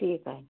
ठीक आहे